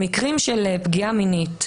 במקרים של פגיעה מינית,